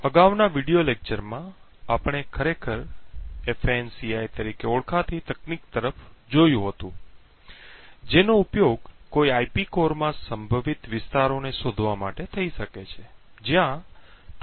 અગાઉના વિડીયો લેક્ચરમાં આપણે ખરેખર ફાન્સી તરીકે ઓળખાતી તકનીક તરફ જોયું હતું જેનો ઉપયોગ કોઈ આઈપી કોર માં સંભવિત વિસ્તારોને શોધવા માટે થઈ શકે છે જ્યાં ટ્રોજન હાજર હોઈ શકે છે